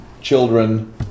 children